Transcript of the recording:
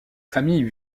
famille